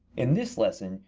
in this lesson,